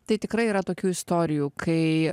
tai tikrai yra tokių istorijų kai